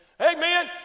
Amen